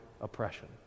oppression